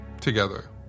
together